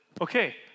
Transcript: okay